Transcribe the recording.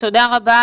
תודה רבה.